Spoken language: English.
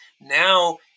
now